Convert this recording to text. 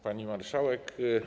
Pani Marszałek!